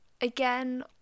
Again